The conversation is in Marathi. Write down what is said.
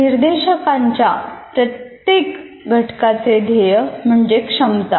निर्देशांकाच्या प्रत्येक घटकाचे ध्येय म्हणजे क्षमता